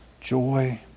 Joy